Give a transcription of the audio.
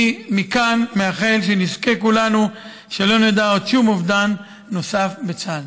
אני מכאן מאחל שנזכה כולנו שלא נדע עוד שום אובדן נוסף בצה"ל.